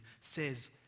says